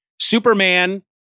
Superman